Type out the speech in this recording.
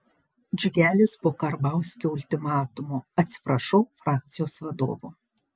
džiugelis po karbauskio ultimatumo atsiprašau frakcijos vadovo